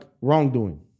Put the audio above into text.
wrongdoing